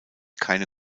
keine